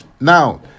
Now